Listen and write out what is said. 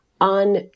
On